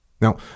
now